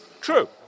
True